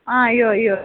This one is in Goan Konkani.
आं यो यो